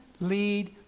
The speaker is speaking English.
lead